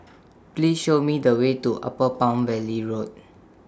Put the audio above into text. Please Show Me The Way to Upper Palm Valley Road